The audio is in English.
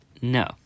no